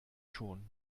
schon